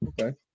Okay